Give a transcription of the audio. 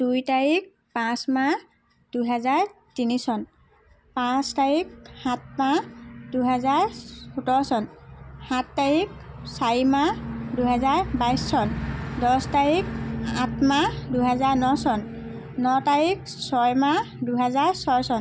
দুই তাৰিখ পাঁচ মাহ দুহেজাৰ তিনি চন পাঁচ তাৰিখ সাত মাহ দুহেজাৰ সোতৰ চন সাত তাৰিখ চাৰি মাহ দুহেজাৰ বাইছ চন দহ তাৰিখ আঠ মাহ দুহেজাৰ ন চন ন তাৰিখ ছয় মাহ দুহেজাৰ ছয় চন